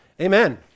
amen